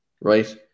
right